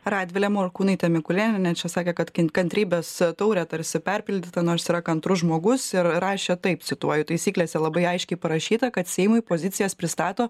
radvilė morkūnaitė mikulėnienė sakė kad kantrybės taurė tarsi perpildyta nors yra kantrus žmogus ir rašė taip cituoju taisyklėse labai aiškiai parašyta kad seimui pozicijas pristato